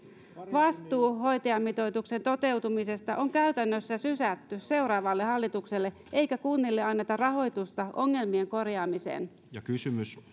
vastuu hoitajamitoituksen toteutumisesta on käytännössä sysätty seuraavalle hallitukselle eikä kunnille anneta rahoitusta ongelmien korjaamiseen